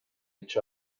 each